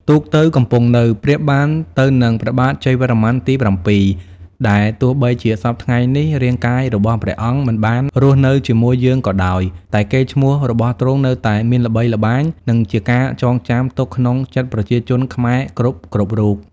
ទូកទៅកំពង់នៅ ប្រៀបបានទៅនឹង ព្រះបាទ ជ័យវរ្ម័នទី៧ ដែលទោះបីជាសព្វថ្ងៃនេះ រាងកាយរបស់ព្រះអង្គមិនបានរស់នៅជាមួយយើងក៏ដោយ តែកេរ្តិ៍ឈ្មោះរបស់ទ្រង់នៅតែមានល្បាញល្បីនិងជាការចងចាំទុកក្នុងចិត្តប្រជាជនខ្មែរគ្រប់ៗរូប។